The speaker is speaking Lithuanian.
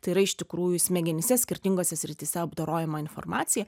tai yra iš tikrųjų smegenyse skirtingose srityse apdorojama informacija